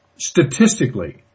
statistically